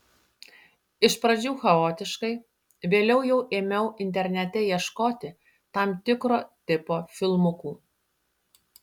iš pradžių chaotiškai vėliau jau ėmiau internete ieškoti tam tikro tipo filmukų